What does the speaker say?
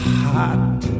hot